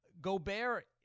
Gobert